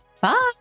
bye